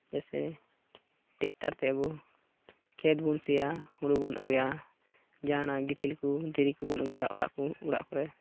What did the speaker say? ᱡᱮᱭᱥᱮ ᱴᱮᱠᱴᱟᱨ ᱛᱮ ᱟᱵᱚ ᱠᱷᱮᱛ ᱵᱚᱱ ᱥᱤᱭᱟ ᱦᱩᱲᱩ ᱵᱚᱱ ᱟᱹᱜᱩᱭᱟ ᱡᱟᱦᱟᱱᱟᱜ ᱜᱤᱛᱤᱞ ᱠᱚ ᱫᱷᱤᱨᱤ ᱠᱚᱵᱚᱱ ᱟᱹᱜᱩᱭᱟ ᱚᱲᱟᱜ ᱠᱚ ᱚᱲᱟᱜ ᱠᱚᱨᱮᱜ